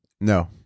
No